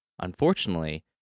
Unfortunately